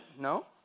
No